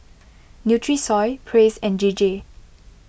Nutrisoy Praise and J J